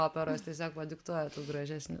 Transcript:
operos tiesiog padiktuoja tų gražesnių